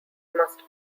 must